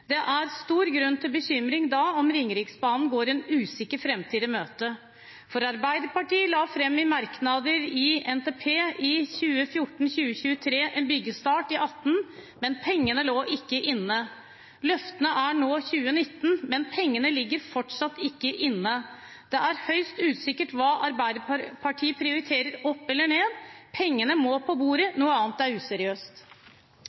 er det stor grunn til bekymring. Ringeriksbanen risikerer da å gå en usikker framtid i møte. Arbeiderpartiet sa i sine merknader knyttet til behandlingen av NTP 2014–2023 at det skulle bli byggestart i 2018, men pengene lå ikke inne. Løftet er nå 2019, men pengene ligger fortsatt ikke inne. Det er høyst usikkert hva Arbeiderpartiet prioriterer opp og ned. Pengene må på